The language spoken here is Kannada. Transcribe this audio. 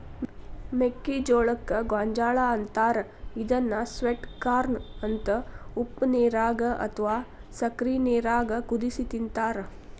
ಮೆಕ್ಕಿಜೋಳಕ್ಕ ಗೋಂಜಾಳ ಅಂತಾರ ಇದನ್ನ ಸ್ವೇಟ್ ಕಾರ್ನ ಅಂತ ಉಪ್ಪನೇರಾಗ ಅತ್ವಾ ಸಕ್ಕರಿ ನೇರಾಗ ಕುದಿಸಿ ತಿಂತಾರ